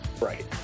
Right